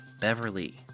Beverly